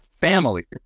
family